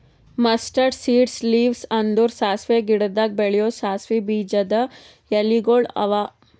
mustard seeds leaves ಅಂದುರ್ ಸಾಸಿವೆ ಗಿಡದಾಗ್ ಬೆಳೆವು ಸಾಸಿವೆ ಬೀಜದ ಎಲಿಗೊಳ್ ಅವಾ